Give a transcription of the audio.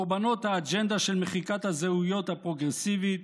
קורבנות האג'נדה של מחיקת הזהויות הפרוגרסיבית,